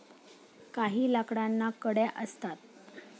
काही लाकडांना कड्या असतात